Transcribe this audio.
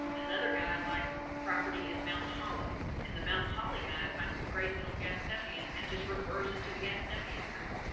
another guy likes property in mount holly and the mount holly guy finds a great deal on gatonia and just refers it to the gastonia guy,